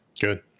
Good